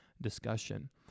discussion